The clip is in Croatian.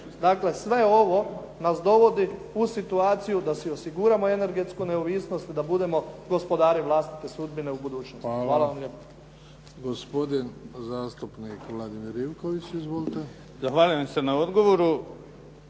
Dakle, sve ovo nas dovodi u situaciju da si osiguramo energetsku neovisnost, da budemo gospodari vlastite sudbine u budućnosti. Hvala vam lijepo. **Bebić, Luka (HDZ)** Hvala. Gospodin zastupnik Vladimir Ivković. Izvolite. **Ivković, Vladimir